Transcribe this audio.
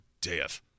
Death